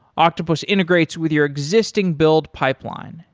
octopus integrates with your existing build pipeline,